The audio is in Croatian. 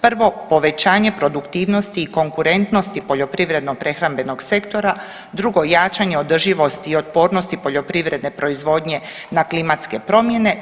Prvi, povećanje produktivnosti i konkurentnosti poljoprivredno-prehrambenog sektora, drugo jačanje održivosti i otpornosti poljoprivredne proizvodnje na klimatske promjene.